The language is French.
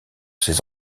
ses